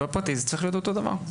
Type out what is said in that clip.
בפרטי זה צריך להיות אותו דבר.